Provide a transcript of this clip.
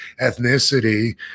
ethnicity